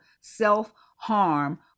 self-harm